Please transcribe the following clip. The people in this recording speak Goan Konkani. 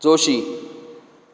जोशी